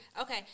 Okay